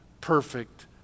perfect